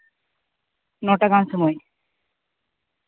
ᱱᱚᱴᱟ ᱜᱟᱱ ᱥᱚᱢᱚᱭ